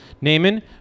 Naaman